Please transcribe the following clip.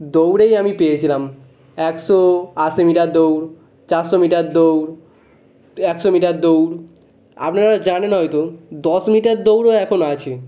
দৌড়েই আমি পেয়েছিলাম একশো আশি মিটার দৌড় চাসশো মিটার দৌড় একশো মিটার দৌড় আপনারা জানেন হয়তো দশ মিটার দৌড়ও এখন আছে